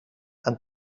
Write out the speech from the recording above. and